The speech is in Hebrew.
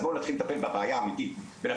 אז בואו נתחיל לטפל בבעיה האמיתית ונפסיק